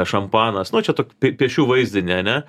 šampanas nu čia tok p piešiu vaizdinį ane